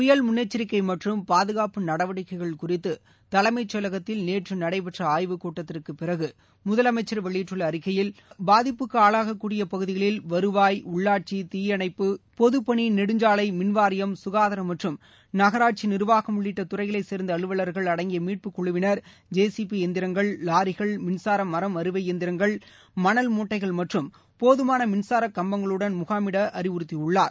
புயல் முன்னெச்சரிக்கை மற்றும் பாதுகாப்பு நடவடிக்கைகள் குறித்து தலைமைச் செயலகத்தில் நேற்று நடைபெற்ற ஆய்வுக் கூட்டத்திற்குப் பிறகு முதலமைச்சர் வெளியிட்டுள்ள அறிக்கையில் பாதிப்புக்கு ஆளாகக்கூடிய பகுதிகளில் வருவாய் உள்ளாட்சி தீயணைப்பு பொதுப்பணி நெடுஞ்சாலை மின்வாரியம் சுகாதாரம் மற்றும் நகராட்சி நிர்வாகம் உள்ளிட்ட துறைகளைச் சார்ந்த அலுவலர்கள் அடங்கிய மீட்புக் குழுவினர் ஜேசிபி எந்திரங்கள் லாரிகள் மின்சார மரம் அறுவை எந்திரங்கள் மணல் மூட்டைகள் மற்றும் போதுமான மின்சாரக் கம்பங்களுடன் முகாமிட வேண்டும் என அறிவுறுத்தியுள்ளார்